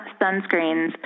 sunscreens